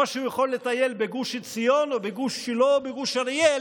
שיכול לטייל בגוש עציון או בגוש שילה או בגוש אריאל,